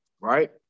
right